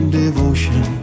devotion